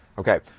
Okay